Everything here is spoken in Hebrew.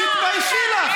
מה זה קשור, תתביישי לך.